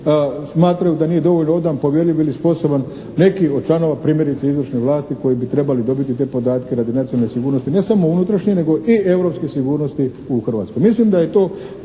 smatraju da nije dovoljno odan, povjerljiv ili sposoban neki od članova primjerice izvršne vlasti koji bi trebali dobiti te podatke radi nacionalne sigurnosti ne samo unutrašnje nego i europske sigurnosti u Hrvatskoj.